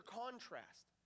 contrast